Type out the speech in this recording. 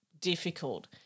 difficult